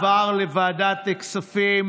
עבר לוועדת כספים.